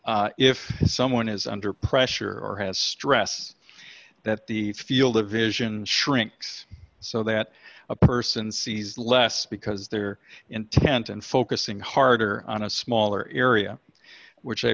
if someone is under pressure or has stress that the field of vision shrinks so that a person sees less because their intent and focusing harder on a smaller area which i